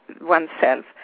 oneself